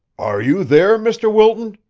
are you there, mr. wilton?